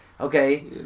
Okay